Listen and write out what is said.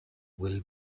will